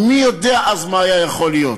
ומי יודע מה היה יכול להיות אז.